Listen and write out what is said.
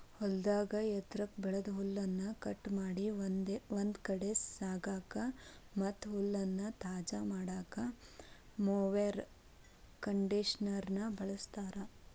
ಹೊಲದಾಗ ಎತ್ರಕ್ಕ್ ಬೆಳದ ಹುಲ್ಲನ್ನ ಕಟ್ ಮಾಡಿ ಒಂದ್ ಕಡೆ ಸಾಗಸಾಕ ಮತ್ತ್ ಹುಲ್ಲನ್ನ ತಾಜಾ ಇಡಾಕ ಮೊವೆರ್ ಕಂಡೇಷನರ್ ನ ಬಳಸ್ತಾರ